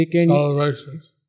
celebrations